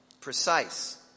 precise